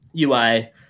UI